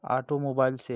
automobile से